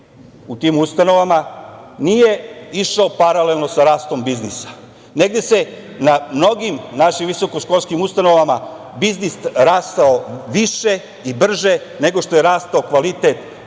u tim ustanovama, nije išao paralelno sa rastom biznisa. Negde je na mnogim našim visokoškolskim ustanovama biznis rastao više i brže, nego što je rastao kvalitet